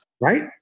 right